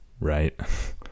right